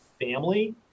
family